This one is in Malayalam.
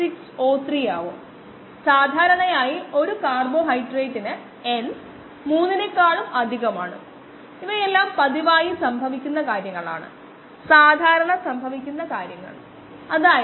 053 ആണ് നമുക്ക് കണക്കുകൂട്ടൽ പരിശോധിക്കാൻ കഴിയും എവിടെയെങ്കിലും ഒരു സംഖ്യാ പിശക് സംഭവിച്ചിട്ടുണ്ടോ എന്ന് എന്നോട് പറയുക